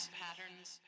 patterns